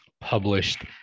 published